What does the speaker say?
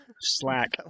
slack